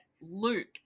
Luke